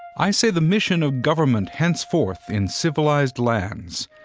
i say the mission of government, henceforth in civilized lands,